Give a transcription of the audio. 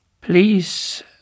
Please